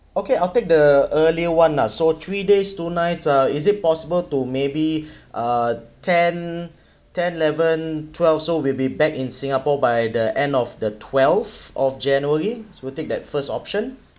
okay I'll take the earlier [one] lah so three days two nights uh is it possible to maybe uh tenth tenth eleventh twelve so we'll be back in singapore by the end of the twelve of january so we take that first option